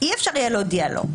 אי אפשר יהיה להודיע לו.